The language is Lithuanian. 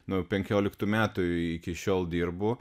nuo penkioliktų metų iki šiol dirbu